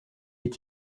est